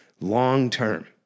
long-term